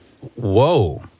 Whoa